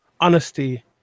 honesty